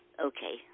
okay